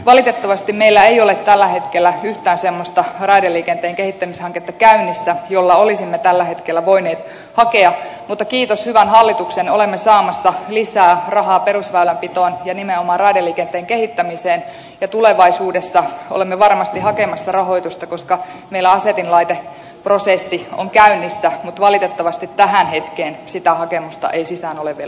valitettavasti meillä ei ole tällä hetkellä yhtään semmoista raideliikenteen kehittämishanketta käynnissä jolla olisimme tukea tällä hetkellä voineet hakea mutta kiitos hyvän hallituksen olemme saamassa lisää rahaa perusväylänpitoon ja nimenomaan raideliikenteen kehittämiseen ja tulevaisuudessa olemme varmasti hakemassa rahoitusta koska meillä asetinlaiteprosessi on käynnissä mutta valitettavasti tähän hetkeen sitä hakemusta ei sisään ole vielä saatu